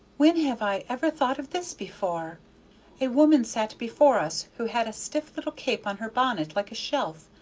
when have i ever thought of this before a woman sat before us who had a stiff little cape on her bonnet like a shelf,